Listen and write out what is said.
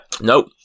Nope